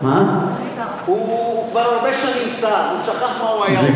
הוא כבר הרבה שנים שר, הוא שכח מה הוא היה עושה.